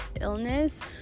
illness